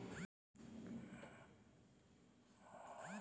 వ్యవసాయ ఋణం ఏ బ్యాంక్ నుంచి ఎంత తీసుకోవచ్చు?